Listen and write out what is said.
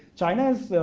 china's